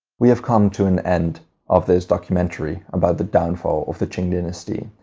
we have come to an end of this documentary about the downfall of the qing dynasty.